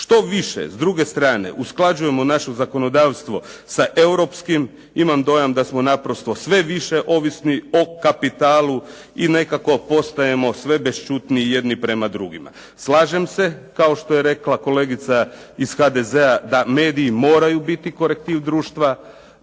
Što više s druge strane usklađujemo naše zakonodavstvo sa europskim. Imam dojam da smo naprosto sve više ovisni o kapitalu i nekako postajemo sve bešćutniji jedni prema drugima. Slažem se kao što je rekla kolegica iz HDZ-a da mediji moraju biti korektiv društva,